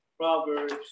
Proverbs